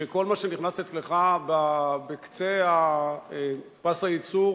שכל מה שנכנס אצלך בקצה פס הייצור